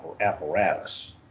apparatus